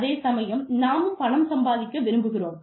அதேசமயம் நாமும் பணம் சம்பாதிக்க விரும்புகிறோம்